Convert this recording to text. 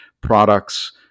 products